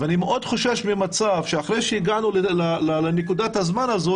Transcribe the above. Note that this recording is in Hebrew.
ואני מאוד חושש ממצב שאחרי שהגענו לנקודת הזמן הזו,